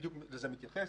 הייתה אי-הבנה,